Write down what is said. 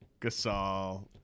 Gasol